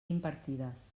impartides